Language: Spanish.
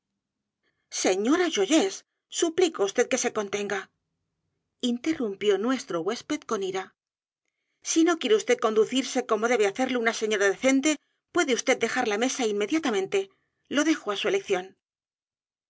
señora joyeuse suplico á vd que se contenga interrumpió nuestro huésped con ira si no quiere vd conducirse como debe hacerlo una señora decente puede vd dejar la mesa inmediatamente lo dejo á su elección